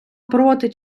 проти